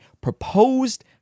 proposed